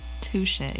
Touche